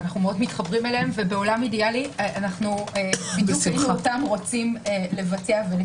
אנחנו מאוד מתחברים אליהם ובעולם אידיאלי היינו רוצים לקיים.